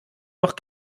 noch